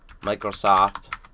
Microsoft